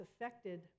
affected